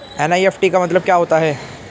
NEFT का मतलब क्या होता है?